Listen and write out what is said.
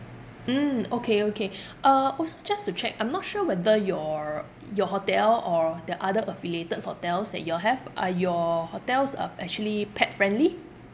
mm okay okay uh also just to check I'm not sure whether your your hotel or the other affiliated hotels that you all have are your hotels are actually pet friendly